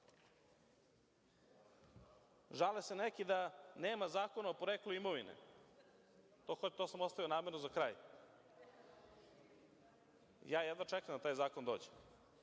žale se neki da nema zakona o poreklu imovine. To sam ostavio namerno za kraj. Jedva čekam da taj zakon dođe